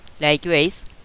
Likewise